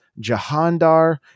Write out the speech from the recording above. Jahandar